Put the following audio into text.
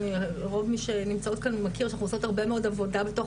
רוב מי שנמצאות כאן מכיר שאנחנו עושות הרבה מאוד עבודה בתוך